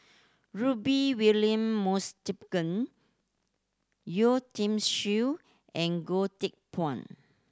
Rudy William Yeo Tiam Siew and Goh Teck Phuan